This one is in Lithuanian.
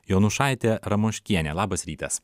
jonušaite ramoškiene labas rytas